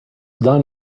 done